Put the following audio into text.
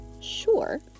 Sure